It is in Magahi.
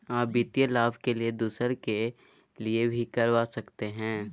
आ वित्तीय लाभ के लिए दूसरे के लिए भी करवा सकते हैं?